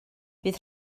bydd